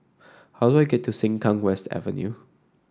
how do I get to Sengkang West Avenue